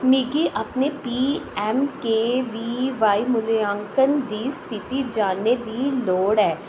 मिगी अपने P M K B Y मूल्यांकन दी स्थिति जानने दी लोड़ ऐ